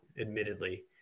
admittedly